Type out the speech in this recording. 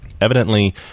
Evidently